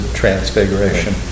transfiguration